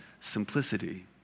simplicity